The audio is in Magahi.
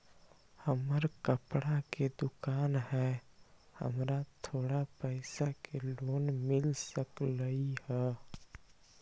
हमर कपड़ा के दुकान है हमरा थोड़ा पैसा के लोन मिल सकलई ह?